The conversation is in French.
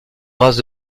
grâce